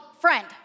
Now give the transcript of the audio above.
friend